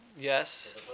yes